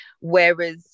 whereas